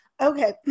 Okay